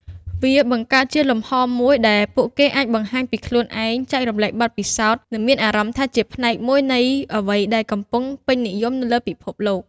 វាបង្កើតជាលំហមួយដែលពួកគេអាចបង្ហាញពីខ្លួនឯង ចែករំលែកបទពិសោធន៍ និងមានអារម្មណ៍ថាជាផ្នែកមួយនៃអ្វីដែលកំពុងពេញនិយមនៅលើពិភពលោក។